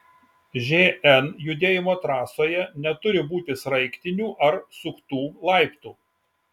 žn judėjimo trasoje neturi būti sraigtinių ar suktų laiptų